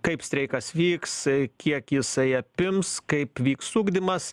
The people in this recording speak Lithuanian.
kaip streikas vyks kiek jisai apims kaip vyks ugdymas